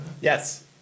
yes